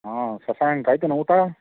ಹಾಂ ಆಯ್ತೆನೋ ಊಟ